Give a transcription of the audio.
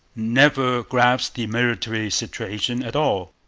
never grasped the military situation at all,